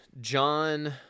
John